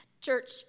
Church